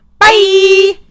Bye